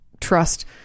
trust